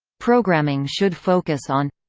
programming should focus on